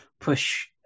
push